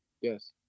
Yes